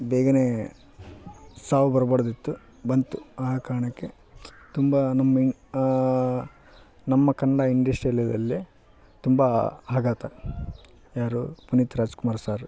ಬೇಗನೆ ಸಾವು ಬರ್ಬಾರ್ದಿತ್ತು ಬಂತು ಆ ಕಾರಣಕ್ಕೆ ತುಂಬ ನಮ್ಮ ನಮ್ಮ ಕನ್ನಡ ಇಂಡಸ್ಟ್ರಿಯಲ್ಲಿದಲ್ಲೆ ತುಂಬ ಆಘಾತ ಯಾರು ಪುನೀತ್ ರಾಜ್ಕುಮಾರ್ ಸಾರ್